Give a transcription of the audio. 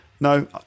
No